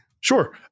Sure